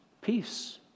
peace